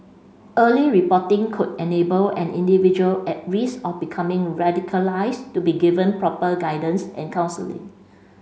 early reporting could enable an individual at risk of becoming radicalised to be given proper guidance and counselling